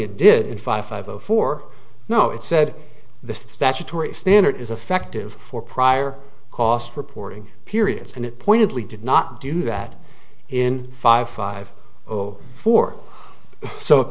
it did in five five zero four no it said the statutory standard is affective for prior cost reporting periods and it pointedly did not do that in five five or four so